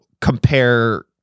compare